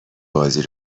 بازی